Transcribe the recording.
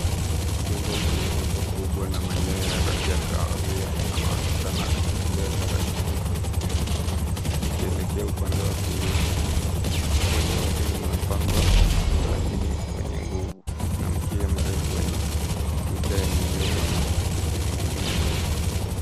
Simba mwenye umbo kubwa na rangi ya kahawia anaonekana akitembea taratibu kwenye nyasi akielekea upande wa kulia. Mwili wake ni mwembamba lakini mwenye nguvu na mkia mrefu wenye nncha yenye nywele nyingi ukininginia nyuma